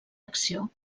acció